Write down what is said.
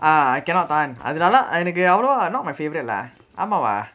ah I cannot tahan அதுலா எனக்கு அவளொவா:athulaa enakku avalovaa not my favourite lah ஆமாவா:aamaavaa